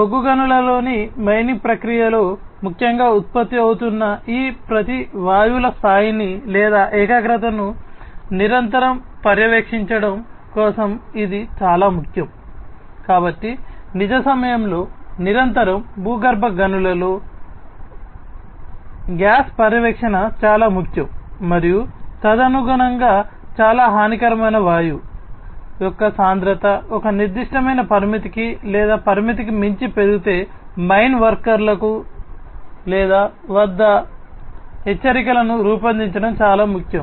బొగ్గు గనులలోని మైనింగ్ ప్రక్రియలో ముఖ్యంగా ఉత్పత్తి అవుతున్న ఈ ప్రతి వాయువుల స్థాయిని లేదా ఏకాగ్రతను నిరంతరం పర్యవేక్షించడం కోసం ఇది చాలా ముఖ్యం